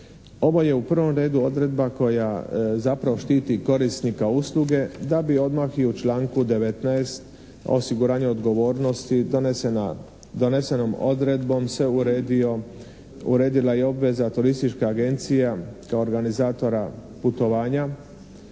Ovo je u prvom redu odredba koja zapravo štiti korisnika usluge da bi odmah i u članku 19. osiguranje odgovornosti donesenom odredbom se uredila i obveza turističkih agencija kao organizatora putovanja